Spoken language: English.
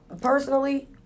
personally